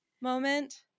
moment